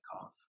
cough